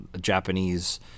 Japanese